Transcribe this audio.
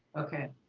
okay.